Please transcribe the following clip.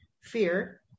fear